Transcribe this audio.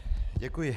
Děkuji.